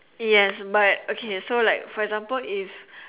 yes but okay so like for example if